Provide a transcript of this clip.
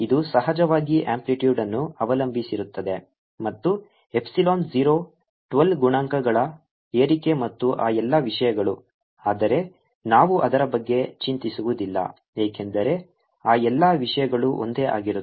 ಇದು ಸಹಜವಾಗಿ ಅಂಪ್ಲಿಟ್ಯೂಡ್ಅನ್ನು ಅವಲಂಬಿಸಿರುತ್ತದೆ ಮತ್ತು ಎಪ್ಸಿಲಾನ್ 0 12 ಗುಣಾಂಕಗಳ ಏರಿಕೆ ಮತ್ತು ಆ ಎಲ್ಲಾ ವಿಷಯಗಳು ಆದರೆ ನಾವು ಅದರ ಬಗ್ಗೆ ಚಿಂತಿಸುವುದಿಲ್ಲ ಏಕೆಂದರೆ ಆ ಎಲ್ಲಾ ವಿಷಯಗಳು ಒಂದೇ ಆಗಿರುತ್ತವೆ